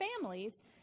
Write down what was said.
families